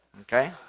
Okay